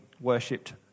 worshipped